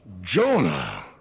Jonah